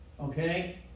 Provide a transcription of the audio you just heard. okay